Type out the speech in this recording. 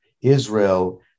Israel